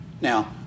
now